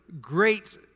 great